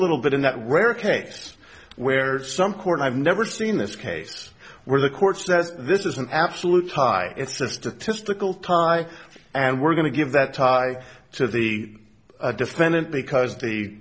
little bit in that rare case where some court i've never seen this case where the court says this is an absolute tie it's a statistical tie and we're going to give that tie to the defendant because the